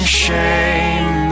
shame